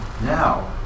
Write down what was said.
now